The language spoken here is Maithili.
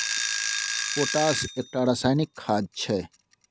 पोटाश एकटा रासायनिक खाद छै